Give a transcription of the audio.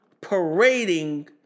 parading